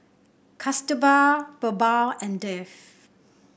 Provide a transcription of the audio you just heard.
Kasturba BirbaL and Dev